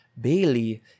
Bailey